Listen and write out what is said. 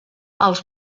els